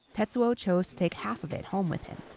tetsuo chose to take half of it home with him.